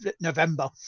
November